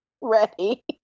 ready